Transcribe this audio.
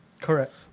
Correct